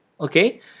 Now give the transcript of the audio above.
Okay